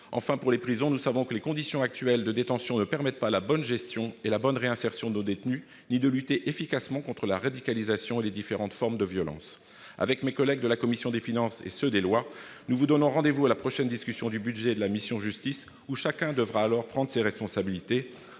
Enfin, s'agissant des prisons, nous savons que les conditions actuelles de détention ne permettent ni leur bonne gestion, ni la réinsertion de nos détenus, ni une lutte efficace contre la radicalisation et contre les différentes formes de violences. Avec mes collègues des commissions des finances et des lois, nous vous donnons rendez-vous à la prochaine discussion du budget de la mission « Justice », au cours de laquelle chacun devra prendre ses responsabilités.